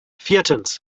viertens